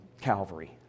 Calvary